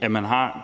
at man har